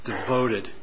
devoted